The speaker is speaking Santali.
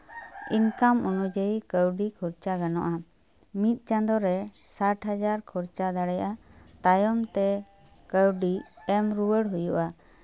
ᱤᱱᱠᱟᱢ ᱚᱱᱩᱡᱟᱭᱤ ᱠᱟᱹᱣᱰᱤ ᱠᱷᱚᱨᱪᱟ ᱜᱟᱱᱚᱜᱼᱟ ᱢᱤᱫ ᱪᱟᱸᱫᱳᱨᱮ ᱥᱟᱴ ᱦᱟᱡᱟᱨ ᱠᱷᱚᱨᱪᱟ ᱫᱟᱲᱮᱭᱟᱜᱼᱟ ᱛᱟᱭᱚᱢ ᱛᱮ ᱠᱟᱹᱣᱰᱤ ᱮᱢ ᱨᱩᱣᱟᱹᱲ ᱦᱩᱭᱩᱜᱼᱟ